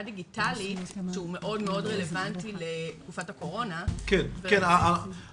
דיגיטלית שהוא מאוד רלוונטי לתקופת הקורונה --- הנושא